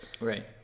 Right